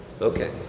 Okay